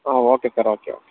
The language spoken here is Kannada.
ಹ್ಞೂ ಓಕೆ ಸರ್ ಓಕೆ ಓಕೆ